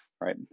right